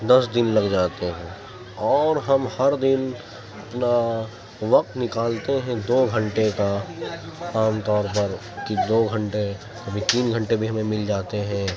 دس دن لگ جاتے ہیں اور ہم ہر دن اپنا وقت نکالتے ہیں دو گھنٹے کا عام طور پر کی دو گھنٹے کبھی تین گھنٹے بھی ہمیں مل جاتے ہیں